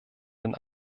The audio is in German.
den